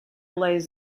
lays